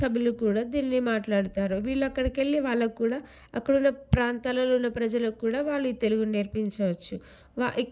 సభ్యులు కూడా దీన్ని మాట్లాడుతారు వీళ్ళక్కడికెళ్ళి వాళ్ళక్కూడా అక్కడున్న ప్రాంతాలలోనున్న ప్రజలకు కూడా వాళ్ళు ఈ తెలుగును నేర్పించేయొచ్చు వా ఇక్